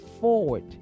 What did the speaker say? forward